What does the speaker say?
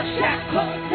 shackles